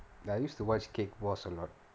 then I used to watch cake boss a lot